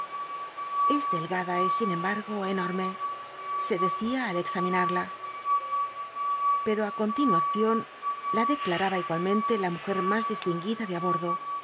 es delgada y sin embargo enorme se decía al examinarla pero á continuación la declaraba igualmente la mujer más distinguida de á bordo